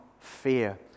fear